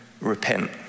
repent